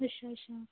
ਅੱਛਾ ਅੱਛਾ